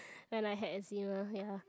then I had eczema ya